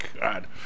God